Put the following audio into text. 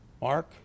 Mark